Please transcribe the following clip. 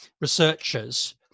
researchers